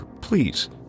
please